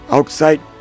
Outside